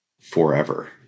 Forever